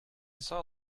saw